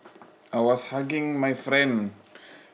I was hugging my friend